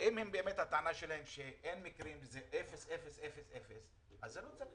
אם הטענה שלהם היא שאין מקרים רבים, לא צריך